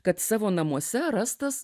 kad savo namuose rastas